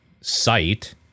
site